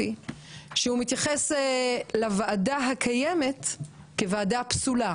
שהוא מתייחס לוועדה הקיימת כוועדה פסולה.